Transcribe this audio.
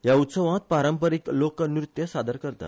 ह्या उत्सवांत पारंपारिक लोकनृत्य सादर करतात